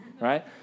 right